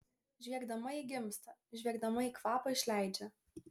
žviegdama ji gimsta žviegdama ji kvapą išleidžia